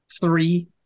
three